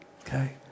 okay